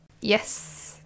Yes